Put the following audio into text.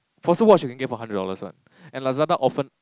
for some watch you can get for hundred dollars one and Lazada often